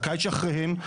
לקיץ שאחריהם,